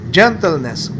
gentleness